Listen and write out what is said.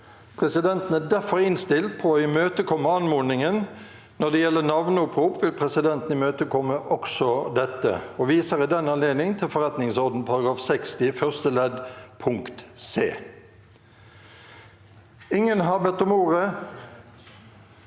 Presidenten er derfor innstilt på å imøtekomme anmodningen. Når det gjelder navneopprop, vil presidenten imøtekomme også dette og viser i den anledning til forretningsordenen § 60 første ledd punkt c. Representanten